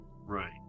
Right